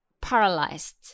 paralyzed